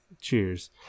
Cheers